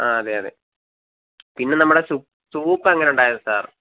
ആ അതെ അതെ പിന്നെ നമ്മുടെ സൂ സൂപ്പ് എങ്ങനെ ഉണ്ടായിരുന്നു സാർ